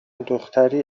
دختری